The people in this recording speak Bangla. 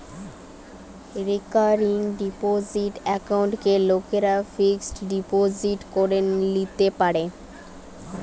রেকারিং ডিপোসিট একাউন্টকে লোকরা ফিক্সড ডিপোজিট করে লিতে পারে